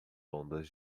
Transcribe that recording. ondas